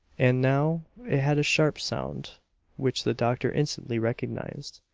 and now it had a sharp sound which the doctor instantly recognized.